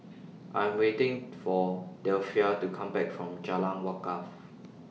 I Am waiting For Delphia to Come Back from Jalan Wakaff